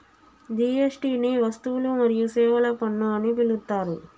GST ని వస్తువులు మరియు సేవల పన్ను అని పిలుత్తారు